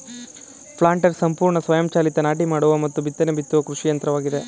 planters ಸಂಪೂರ್ಣ ಸ್ವಯಂ ಚಾಲಿತ ನಾಟಿ ಮಾಡುವ ಮತ್ತು ಬಿತ್ತನೆ ಬಿತ್ತುವ ಕೃಷಿ ಯಂತ್ರವಾಗಿದೆ